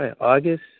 August